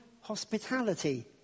hospitality